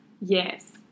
Yes